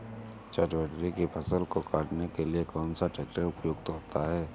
चटवटरी की फसल को काटने के लिए कौन सा ट्रैक्टर उपयुक्त होता है?